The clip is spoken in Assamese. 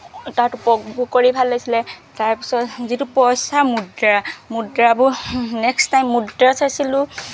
তাত উপভোগ কৰি ভাল লাগিছিলে তাৰপিছত যিটো পইচা মুদ্ৰা মুদ্ৰাবোৰ নেক্সট টাইম মুদ্ৰা চাইছিলো